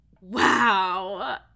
Wow